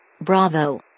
Bravo